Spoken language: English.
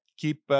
keep